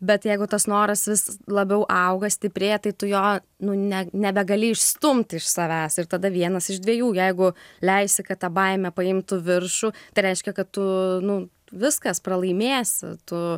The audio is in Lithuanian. bet jeigu tas noras vis labiau auga stiprėja tai tu jo nu ne nebegali išstumti iš savęs ir tada vienas iš dviejų jeigu leisi kad ta baimė paimtų viršų tai reiškia kad tu nu viskas pralaimėsi tu